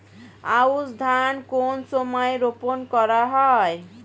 আউশ ধান কোন সময়ে রোপন করা হয়?